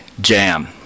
Jam